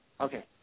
okay